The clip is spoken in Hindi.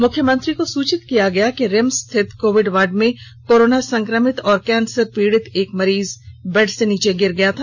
मुख्यमंत्री को सूचित किया गया कि रिम्स स्थित कोविड वार्ड में कोरोना संक्रमित और कैंसर पीड़ित एक मरीज बेड से नीचे गिर गया था